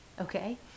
okay